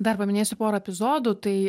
dar paminėsiu porą epizodų tai